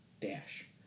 dash